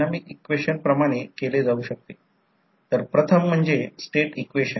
0483 metre square आहे म्हणून 483 centimetre square